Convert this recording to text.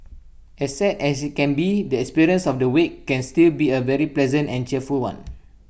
as sad as IT can be the experience of the wake can still be A very pleasant and cheerful one